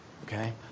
Okay